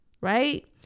Right